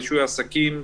רישוי עסקים.